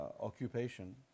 occupation